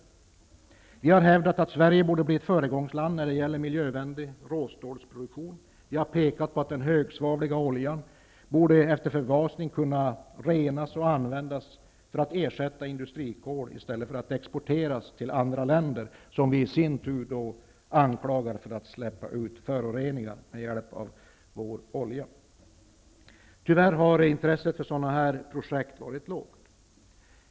Vänsterpartiet har hävdat att Sverige borde bli ett föregångsland när det gäller miljövänlig råstålsproduktion. Vi har pekat på att den högsvavliga oljan efter förgasning borde kunna renas och användas för att ersätta industrikol i stället för att den exporteras till andra länder, som vi sedan anklagar för att släppa ut föroreningar med hjälp av vår olja. Tyvärr har intresset för sådana projekt varit svagt.